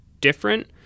different